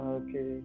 okay